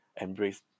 embrace